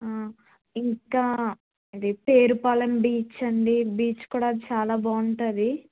ఇంకా అది పేరుపాలెం బీచ్ అండి బీచ్ కూడా చాలా బాగుంటుంది